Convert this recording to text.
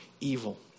evil